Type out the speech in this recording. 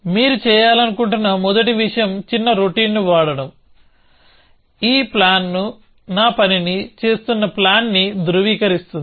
మీరు చేయాలనుకుంటున్న మొదటి విషయం చిన్న రొటీన్ను వ్రాయడంఈ ప్లాన్ నా పనిని చేస్తున్న ప్లాన్ని ధృవీకరిస్తుంది